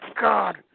God